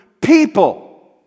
people